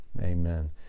Amen